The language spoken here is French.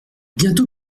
bientôt